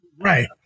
right